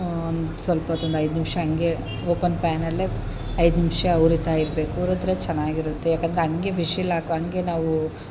ಒಂದು ಸ್ವಲ್ಪ ಹೊತ್ತು ಒಂದು ಐದು ನಿಮಿಷ ಹಾಗೆ ಓಪನ್ ಪ್ಯಾನಲ್ಲೇ ಐದು ನಿಮಿಷ ಉರಿತಾ ಇರಬೇಕು ಉರಿದ್ರೆ ಚೆನ್ನಾಗಿರುತ್ತೆ ಏಕೆಂದ್ರೆ ಹಂಗೆ ವಿಷಿಲ್ ಹಾಕಿ ಹಂಗೆ ನಾವೂ